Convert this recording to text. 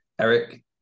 Eric